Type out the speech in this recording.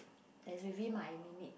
as within my limit